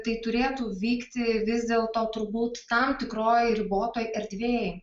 tai turėtų vykti vis dėl to turbūt tam tikroj ribotoj erdvėj